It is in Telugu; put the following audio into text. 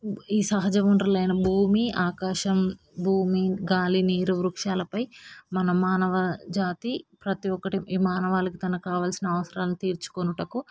ఈ సహజ వనరులు అనేవి భూమి ఆకాశం భూమి గాలి నీరు వృక్షాలపై మన మానవజాతి ప్రతీ ఒక్కటి ఈ మానవాళికి తనకు కావలసిన అవసరాలు తీర్చుకొనుటకు